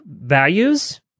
Values